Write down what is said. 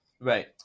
Right